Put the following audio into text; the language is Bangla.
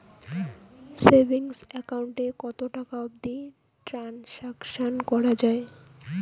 সেভিঙ্গস একাউন্ট এ কতো টাকা অবধি ট্রানসাকশান করা য়ায়?